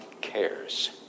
cares